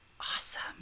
awesome